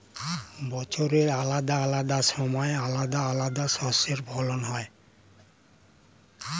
বছরের আলাদা আলাদা সময় আলাদা আলাদা শস্যের ফলন হয়